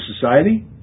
society